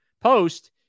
post